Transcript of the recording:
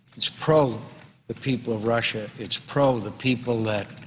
it's pro the people of russia. it's pro the people that